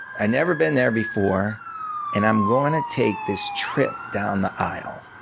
i'd never been there before and i'm going to take this trip down the aisle.